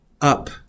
up